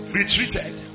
retreated